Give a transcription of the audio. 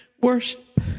worship